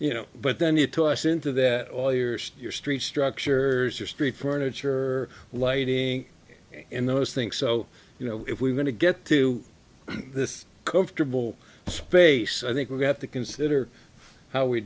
you know but then you toss into that all yours your street structures your street furniture lighting and those things so you know if we're going to get to this comfortable space i think we have to consider how we